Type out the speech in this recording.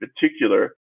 particular